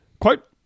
Quote